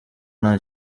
nta